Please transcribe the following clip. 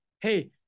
Hey